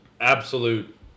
absolute